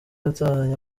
yatahanye